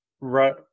right